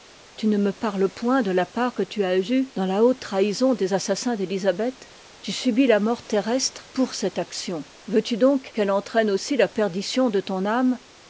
tu ne me parles point de la part que tu as eue dans la haute trahison des assassins d'élisabeth tu subis la mort terrestre pour cette action veux-tu donc qu'elle entraîne aussi la perdition de ton âme